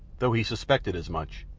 though he suspected as much,